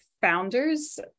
founders